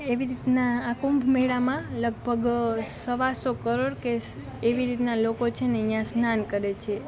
એવી રીતના આ કુંભમેળમાં લગભગ સવા સો કરોડ કે એવી રીતનાં લોકો છે ને અહીંયા સ્નાન કરે છે